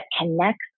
connects